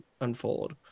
unfold